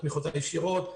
התמיכות הישירות,